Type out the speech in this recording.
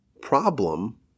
problem